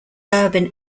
urban